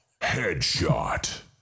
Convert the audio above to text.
Headshot